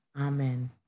amen